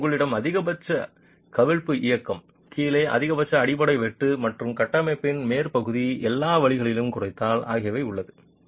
எனவே உங்களிடம் அதிகபட்ச கவிழ்ப்பு இயக்கம் கீழே அதிகபட்ச அடிப்படை வெட்டு மற்றும் கட்டமைப்பின் மேற்பகுதிக்கு எல்லா வழிகளையும் குறைத்தல் ஆகியவை உள்ளன